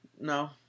no